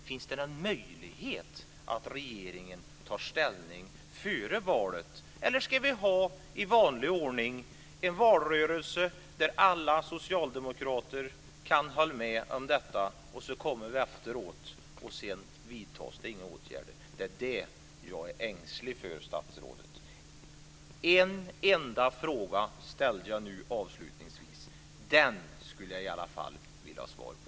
Finns det någon möjlighet att regeringen tar ställning före valet, eller ska vi i vanlig ordning ha en valrörelse där alla socialdemokrater kan hålla med om detta, och sedan vidtas det inga åtgärder? Det är det som jag är ängslig för, statsrådet. Jag ställde nu avslutningsvis en enda fråga. Den skulle jag i alla fall vilja ha svar på.